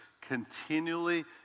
continually